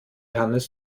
hannes